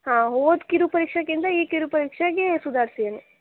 ಹಾಂ ಹೋದ ಕಿರುಪರೀಕ್ಷೆಗಿಂತ ಈ ಕಿರುಪರೀಕ್ಷೆಗೆ ಸುಧಾರಿಸಿದ್ದಾನೆ